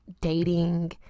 dating